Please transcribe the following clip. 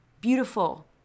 beautiful